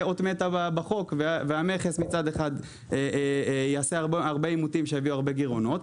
אות מתה בחוק מצד אחד המכס יעשה הרבה אימותים שיביאו גירעונות,